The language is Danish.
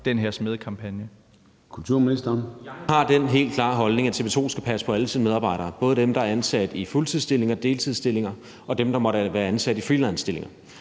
den her smædekampagne?